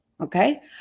okay